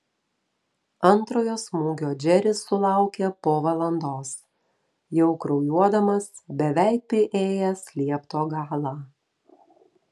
antrojo smūgio džeris sulaukė po valandos jau kraujuodamas beveik priėjęs liepto galą